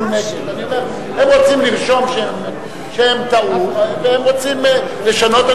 הם רוצים לרשום שהם טעו, והם רוצים לשנות.